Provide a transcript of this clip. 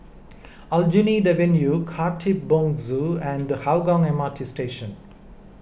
Aljunied Avenue Khatib Bongsu and Hougang M R T Station